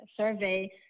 survey